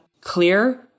clear